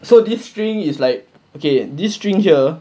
so this string is like okay this string here